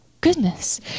goodness